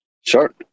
Sure